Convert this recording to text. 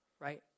right